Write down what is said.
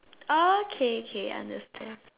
oh okay okay understand